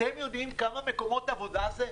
אתם יודעים כמה מקומות עבודה זה?